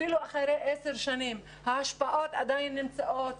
אפילו אחרי עשר שנים ההשפעות עדיין נמצאות,